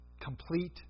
complete